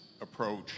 approach